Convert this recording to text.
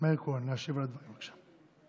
מאיר כהן, להשיב על הדברים, בבקשה.